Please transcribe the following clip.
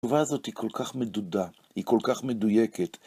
התשובה הזאת היא כל כך מדודה, היא כל כך מדויקת.